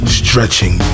stretching